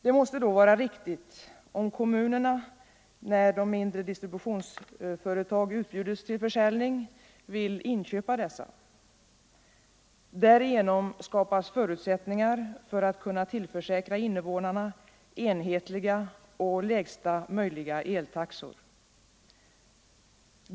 Det måste då vara riktigt att kommunerna, när mindre distributionsföretag utbjuds till försäljning, inköper dessa. Därigenom skapas förutsättningar för att kunna tillförsäkra invånarna enhetliga och lägsta möjliga eltaxor.